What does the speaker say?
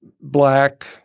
black